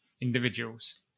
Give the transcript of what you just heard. individuals